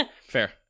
Fair